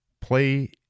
play